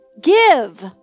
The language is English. Give